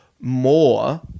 more